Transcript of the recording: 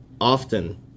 Often